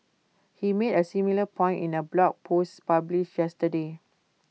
he made A similar point in A blog post published yesterday